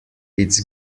it’s